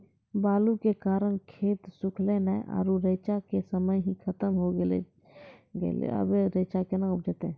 बालू के कारण खेत सुखले नेय आरु रेचा के समय ही खत्म होय गेलै, अबे रेचा उपजते?